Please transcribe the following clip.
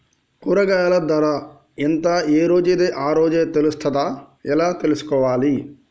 కూరగాయలు ధర ఎంత ఏ రోజుది ఆ రోజే తెలుస్తదా ఎలా తెలుసుకోవాలి?